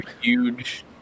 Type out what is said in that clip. huge